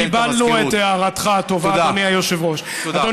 קיבלנו את הערתך הטובה, אדוני היושב-ראש.